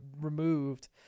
removed